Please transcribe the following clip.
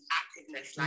activeness